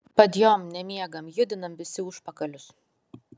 padjom nemiegam judinam visi užpakalius